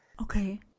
Okay